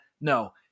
No